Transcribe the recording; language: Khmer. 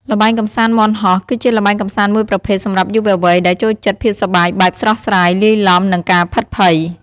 ល្បែងកំសាន្តមាន់ហោះ គឺជាល្បែងកំសាន្តមួយប្រភេទសម្រាប់យុវវ័យ ដែលចូលចិត្តភាពសប្បាយបែបស្រស់ស្រាយលាយលំ និងការភិតភ័យ។